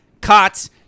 Cots